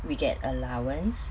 we get allowance